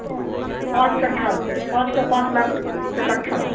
پانچ کٹھا پانچ کا پانچ لاکھ روپئے کٹھا ہے